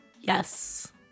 Yes